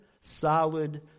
solid